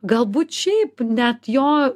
galbūt šiaip net jo